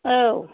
औ